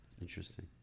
Interesting